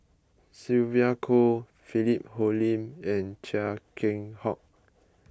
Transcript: Sylvia Kho Philip Hoalim and Chia Keng Hock